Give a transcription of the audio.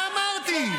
מה אמרתי?